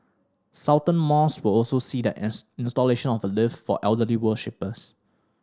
Sultan Mosque will also see the installation of a lift for elderly worshippers